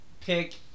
pick